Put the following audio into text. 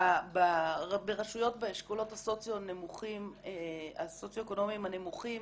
ברשויות באשכולות הסוציו-אקונומיים הנמוכים